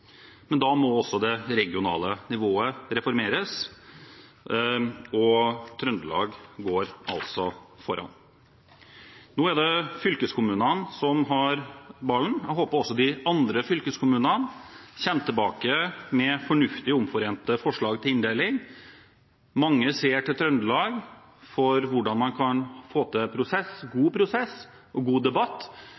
Men da må også det regionale nivået reformeres, og Trøndelag går altså foran. Nå er det fylkeskommunene som har ballen. Jeg håper også de andre fylkeskommunene kommer tilbake med fornuftige, omforente forslag til inndeling. Mange ser til Trøndelag for hvordan man kan få til en god prosess